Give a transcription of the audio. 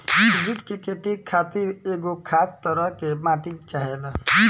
जुट के खेती खातिर एगो खास तरह के माटी चाहेला